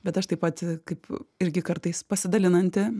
bet aš taip pat kaip irgi kartais pasidalinanti